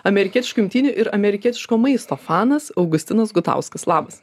amerikietiškų imtynių ir amerikietiško maisto fanas augustinas gutauskas labas